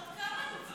עוד כמה דוברים?